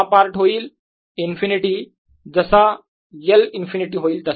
हा पार्ट होईल इन्फिनिटी जसा L इन्फिनिटी होईल तसा